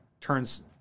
turns